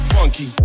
Funky